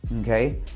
okay